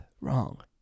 wrong